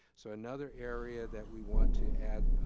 so another area that we want to add